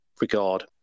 regard